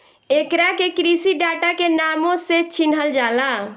एकरा के कृषि डाटा के नामो से चिनहल जाला